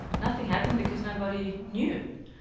nothing happened because nobody knew.